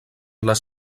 les